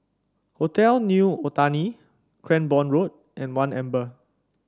Hotel New Otani Cranborne Road and One Amber